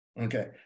Okay